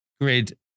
grid